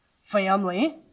Family